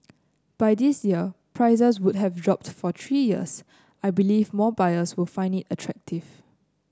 by this year prices would have dropped for three years I believe more buyers will find it attractive